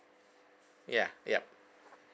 ya yup